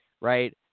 right